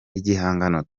igihangano